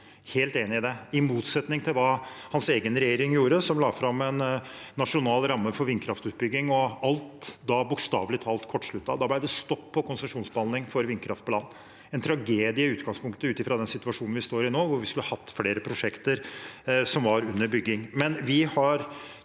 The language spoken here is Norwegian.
og god jobb, i motsetning til hans egen regjering, som la fram en nasjonal ramme for vindkraftutbygging, og alt – bokstavelig talt – kortsluttet. Da ble det stopp i konsesjonsbehandling for vindkraft på land, og det er en tragedie i utgangspunktet ut fra den situasjonen vi står i nå, hvor vi skulle hatt flere prosjekter som var under bygging.